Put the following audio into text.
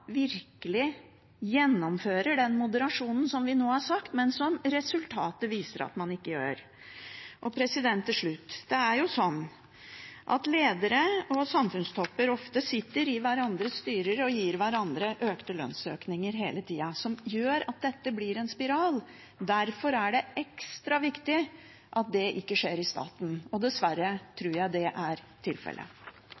virkelig gjennomfører den moderasjonen som vi nå har gitt uttrykk for, men som resultatet viser at man ikke gjennomfører. Til slutt: Ledere og samfunnstopper sitter ofte i hverandres styrer og gir hverandre lønnsøkninger hele tida, og det gjør at dette blir en spiral. Derfor er det ekstra viktig at det ikke skjer i staten. Dessverre